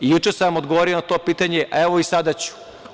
Juče sam vam odgovorio na to pitanje, a evo i sada ću.